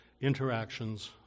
interactions